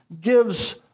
gives